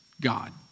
God